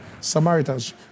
Samaritans